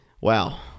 wow